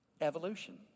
evolution